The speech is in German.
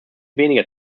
weniger